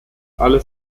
alle